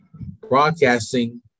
broadcasting